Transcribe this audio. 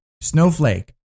snowflake